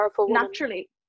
naturally